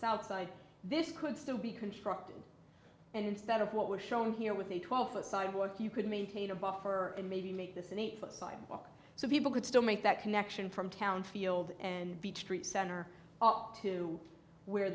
south side this could still be constructed and instead of what was shown here with a twelve foot sidewalk you could maintain a buffer and maybe make this an eight foot sidewalk so people could still make that connection from town field and beach street center to where